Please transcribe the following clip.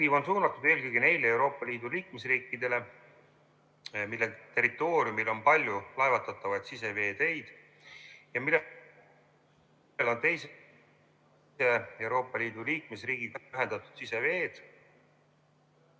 on suunatud eelkõige neile Euroopa Liidu liikmesriikidele, mille territooriumil on palju laevatatavaid siseveeteid ja millel on teise Euroopa Liidu liikmesriigiga ühendatud siseveetee